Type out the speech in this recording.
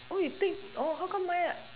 oh you take oh how come mine like